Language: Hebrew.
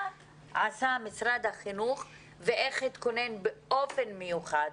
מה עשה משרד החינוך ואיך הוא התכונן באופן מיוחד